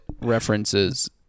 references